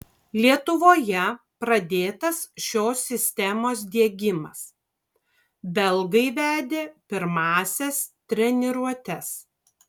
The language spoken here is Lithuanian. lietuvoje pradėtas šios sistemos diegimas belgai vedė pirmąsias treniruotes